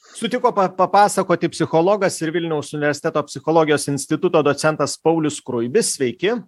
sutiko papasakoti psichologas ir vilniaus universiteto psichologijos instituto docentas paulius skruibis sveiki